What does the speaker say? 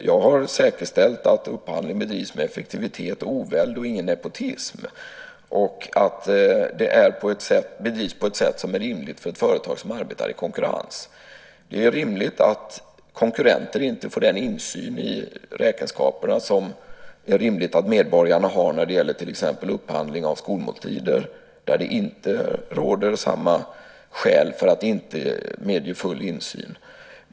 Jag har säkerställt att upphandling bedrivs med effektivitet och oväld, utan nepotism och på ett sätt som är rimligt för ett företag som arbetar i konkurrens. Det är rimligt att konkurrenter inte får den insyn i räkenskaperna som det är rimligt att medborgarna har när det gäller till exempel upphandling av skolmåltider, där det inte råder samma skäl för att inte medge full insyn.